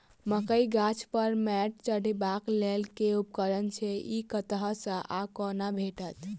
मकई गाछ पर मैंट चढ़ेबाक लेल केँ उपकरण छै? ई कतह सऽ आ कोना भेटत?